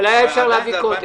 היה אפשר להביא קודם.